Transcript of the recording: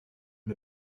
and